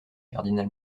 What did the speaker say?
cardinal